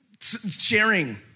sharing